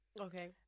Okay